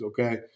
okay